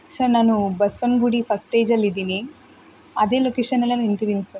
sir ನಾನು Basavanagudi first ಸ್ಟೇಜಲ್ಲಿದ್ದೀನಿ ಅದೇ ಲೋಕೆಷನಲ್ಲೇ ನಿಂತಿದ್ದೀನಿ ಸರ್